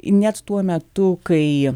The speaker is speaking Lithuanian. net tuo metu kai